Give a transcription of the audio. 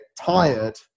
tired